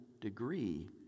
degree